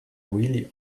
really